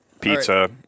pizza